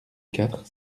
quatre